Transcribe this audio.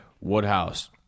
Woodhouse